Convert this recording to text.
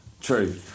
true